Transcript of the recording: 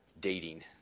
dating